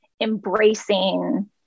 embracing